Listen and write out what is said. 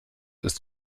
ist